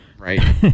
right